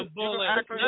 bullet